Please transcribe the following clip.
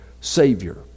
Savior